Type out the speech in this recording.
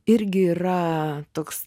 irgi yra toks